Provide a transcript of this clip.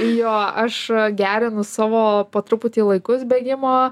jo aš gerinu savo po truputį laikus bėgimo